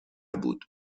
بود